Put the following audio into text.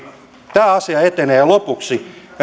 tämä asia etenee ja lopuksi